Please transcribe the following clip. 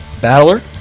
battler